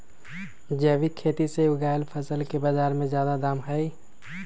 जैविक खेती से उगायल फसल के बाजार में जादे दाम हई